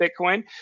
Bitcoin